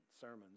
sermons